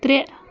ترٛےٚ